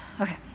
Okay